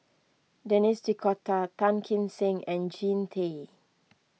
Denis D'Cotta Tan Kim Seng and Jean Tay